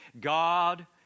God